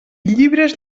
llibres